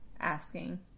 asking